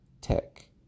tech